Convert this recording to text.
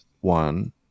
one